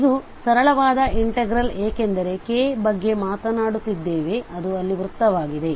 ಇದು ಸರಳವಾದ ಇನ್ಟೆಗ್ರಲ್ ಏಕೆಂದರೆ K ಬಗ್ಗೆ ಮಾತನಾಡುತ್ತಿದ್ದೇವೆ ಅದು ಅಲ್ಲಿ ವೃತ್ತವಾಗಿದೆ